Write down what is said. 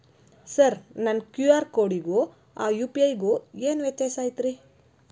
Sir ನನ್ನ QR ಕೊಡಿಗೂ ಆ ಯು.ಪಿ.ಐ ಗೂ ಏನ್ ವ್ಯತ್ಯಾಸ ಐತ್ರಿ?